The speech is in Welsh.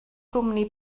gwmni